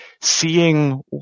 seeing